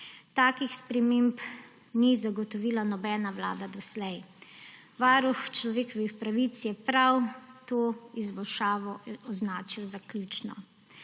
Takih sprememb ni zagotovila nobena vlada doslej. Varuh človekovih pravic je prav to izboljšavo označil za ključno.